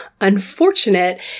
unfortunate